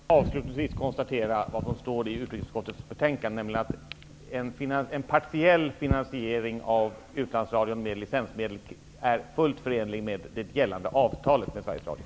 Herr talman! Avslutningsvis vill jag bara konstatera vad som står i utbildningsutskottets betänknade, nämligen att en partiell finansiering av utlandsradion med licensmedel är fullt förenlig med det gällande avtalet med Sveriges Radio.